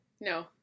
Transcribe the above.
No